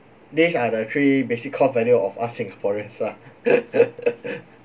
these are the three basic core value of us singaporeans lah